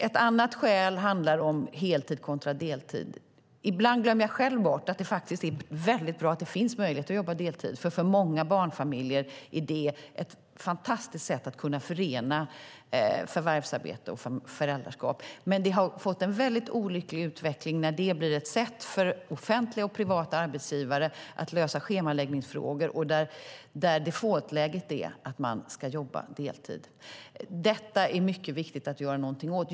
Ett annat skäl gäller heltid kontra deltid. Ibland glömmer jag själv bort att det faktiskt är väldigt bra att det finns möjlighet att jobba deltid. För många barnfamiljer är det ett fantastiskt sätt att kunna förena förvärvsarbete och föräldraskap. Men det har fått en mycket olycklig utveckling när det blir ett sätt för offentliga och privata arbetsgivare att lösa schemaläggningsfrågor, där normalläget är att man ska jobba deltid. Detta är mycket viktigt att göra något åt.